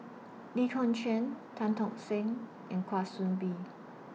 Lee Kong Chian Tan Tock Seng and Kwa Soon Bee